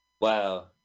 Wow